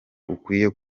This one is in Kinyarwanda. ukwiye